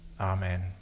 Amen